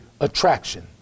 attraction